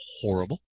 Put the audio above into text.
horrible